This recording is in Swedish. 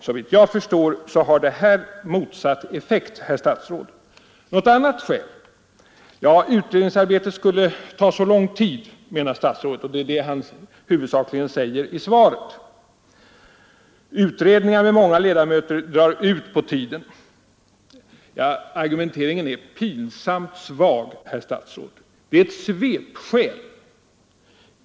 Såvitt jag förstår har detta motsatt effekt, herr statsråd. Något annat skäl? Ja, utredningsarbetet skulle ta så lång tid, menar statsrådet, och det är vad han huvudsakligen säger i svaret. Utredningar med många ledamöter drar ut på tiden. Ja, argumenteringen är pinsamt svag, herr statsråd. Det är ett svepskäl.